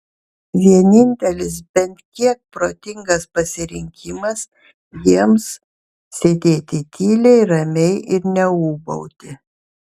vienintelis bent kiek protingas pasirinkimas jiems sėdėti tyliai ramiai ir neūbauti